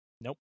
Nope